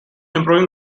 improving